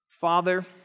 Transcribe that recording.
Father